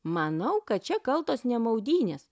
manau kad čia kaltos ne maudynės